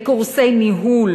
בקורסי ניהול